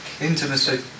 Intimacy